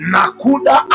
Nakuda